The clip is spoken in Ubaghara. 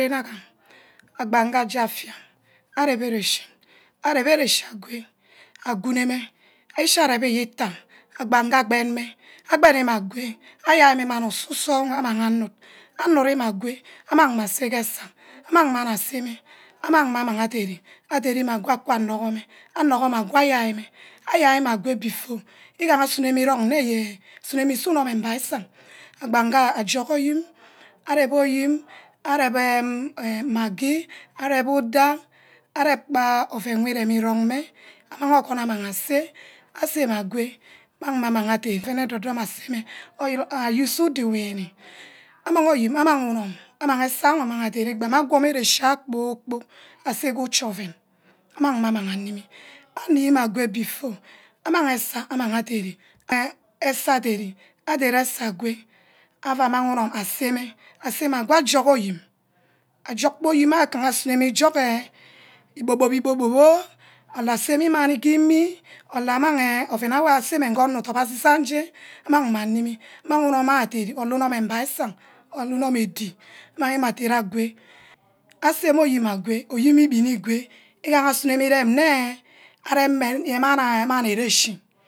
Abanga aje afia arep erechi, arep erechi egwe, a gunor meh, achi arebi aye itah abanga aben meh, abeni meh agoi ayaimeh mani usu-sor amangha anud, anud meh agoi among meh aseh ke eseh, amang mani asemoh, amang meh amang aderi, aderimeh akwa ago anogomeh, anogo-meh ago ayai meh, ayai meh ago before igaha aunar meh irong nne ye asunor meh iseh unum mba-aseh abangha ajug oyim, arep oyim arep eh maggi areo udoh, arep-bah ouen wor udumi irong-meh among ogun amang asch, aseh meh agure amang meh amang aderi- ouen edudum asemeh are use ubai ewini, amang oyim, amang unum, amang egeh wor adeni gba agwor ma. ere-chi wor kpor-kpork aseh ke uche ouen, amang meh amang animi, animeh ago before amang eseh annang adere, meh eseh adere, adere eseh agwe aua amang unum aseh meh, asemeh ago ajug oyim. ojug bor oyim ah asuno ma ijug eh uboh-boh, iboh-boh ho or aseme imani gee imi or amange ouen wor onor usemeh ouerse gam nje amang meh amimi amang unowor adere, mmeh unum mmang aseng or unum edi, amang meh adere agwe aseh meh oyim agwe, oyim ibini ewe, igaha asuno meh irem nnehe areme gee mani ere-chi